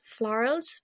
florals